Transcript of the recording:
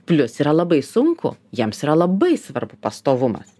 plius yra labai sunku jiems yra labai svarbu pastovumas